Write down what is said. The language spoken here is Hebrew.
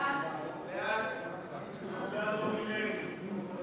מס' 3). סעיפים 1